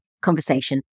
conversation